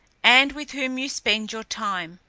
and with whom you spend your time.